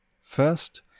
First